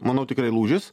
manau tikrai lūžis